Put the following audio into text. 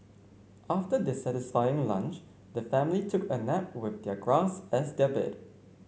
after their satisfying lunch the family took a nap with their grass as their bed